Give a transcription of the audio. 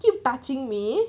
keep touching me